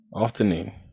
afternoon